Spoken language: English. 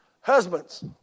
Husbands